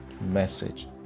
message